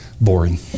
boring